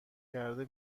کرده